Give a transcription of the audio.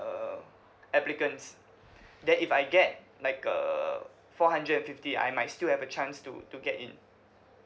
applicants then if I get like uh four hundred and fifty I might still have a chance to to get in